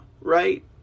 right